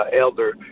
Elder